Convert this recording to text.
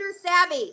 savvy